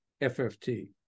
FFT